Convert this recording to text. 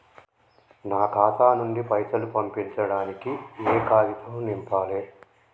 నా ఖాతా నుంచి పైసలు పంపించడానికి ఏ కాగితం నింపాలే?